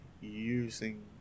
using